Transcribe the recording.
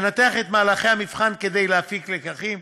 לנתח את מהלכי המבחן כדי להפיק לקחים,